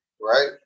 right